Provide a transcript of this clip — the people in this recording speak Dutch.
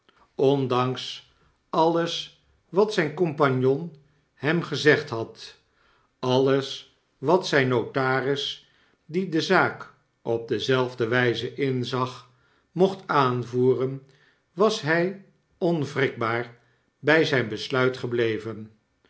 ondanks alles wat zyn compagnon hem gezegd had alles wat zijn notaris die de zaak op dezelfde wyze inzag mocht aanvoeren was hy onwrikbaar by zp besluit gebleven